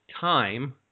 time